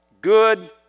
good